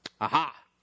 Aha